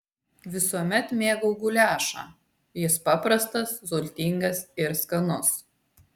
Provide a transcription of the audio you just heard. visuomet mėgau guliašą jis paprastas sultingas ir skanus